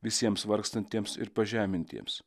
visiems vargstantiems ir pažemintiems